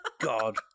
god